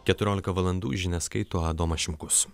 keturiolika valandų žinias skaito adomas šimkus